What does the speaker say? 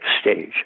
stage